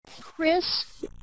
Chris